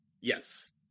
yes